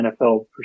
nfl